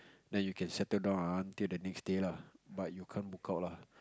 then you can settle down until the next day lah but you can't book out lah